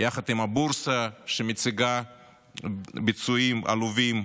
יחד עם הבורסה, שמציגה ביצועים עלובים,